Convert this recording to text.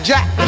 Jack